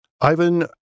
Ivan